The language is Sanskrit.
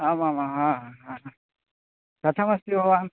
आमाम् हा हा कथमस्ति भवान्